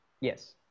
Yes